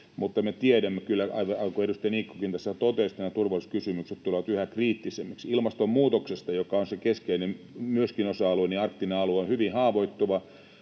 mutta me tiedämme kyllä, aivan kuten edustaja Niikkokin tässä totesi, että nämä turvallisuuskysymykset tulevat yhä kriittisemmiksi. Ilmastonmuutoksesta, joka on myöskin keskeinen osa-alue: Arktinen alue on hyvin haavoittuva